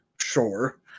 sure